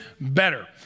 better